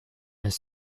his